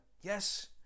yes